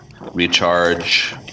recharge